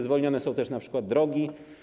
Zwolnione są też np. drogi.